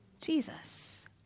Jesus